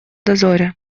дозоре